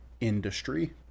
industry